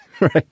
Right